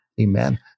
Amen